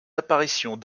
apparitions